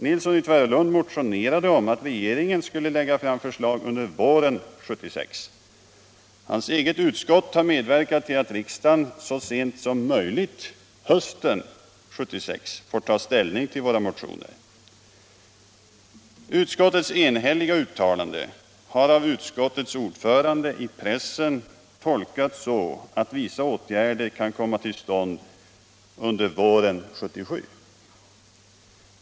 Herr Nilsson motionerade om att regeringen skulle lägga fram förslag under våren 1976. Hans eget utskott har medverkat till att riksdagen så sent som möjligt under hösten 1976 får ta ställning till våra motioner. Utskottets enhälliga uttalande har av utskottets ordförande i pressen tolkats så att vissa åtgärder kan komma till stånd under våren 1977.